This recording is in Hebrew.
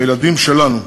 הילדים שלנו.